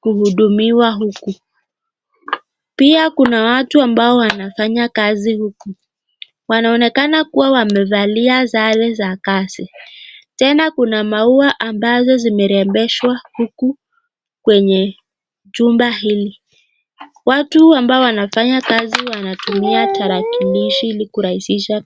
kuhudumiwa huku pia kuna watu ambao wanafanya kazi huku wanaonekana kuwa wamevalia sare za kazi tena kuna maua ambazo zimerembeswa huku kwenye chumba hili, watu ambao wanafanya kazi wanatumia tarakilishi kurahisisha.